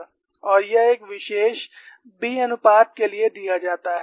और यह एक विशेष B अनुपात के लिए दिया जाता है